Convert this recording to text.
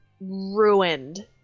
ruined